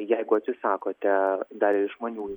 jeigu atsisakote dar ir išmaniųjų